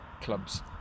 club's